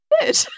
good